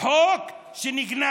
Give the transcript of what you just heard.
על חוק שנגנז.